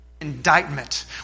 indictment